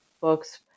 books